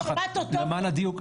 רק למען הדיוק,